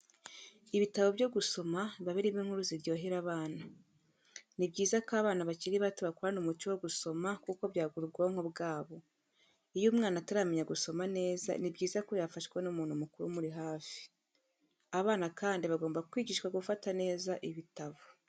Ibitabo byo gusoma biba birimo inkuru zitandukanye ziryohera abana, ni byiza ko abana bakiri bato bakurana umuco wo gusoma kuko byagura ubwonko bwabo, iyo umwana ataramenya gusoma neza ni byiza ko yafashwa n'umuntu mukuru umuri hafi. Abana kandi bagomba kwigishwa gufata neza ibitabo.